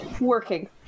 working